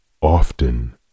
Often